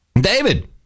David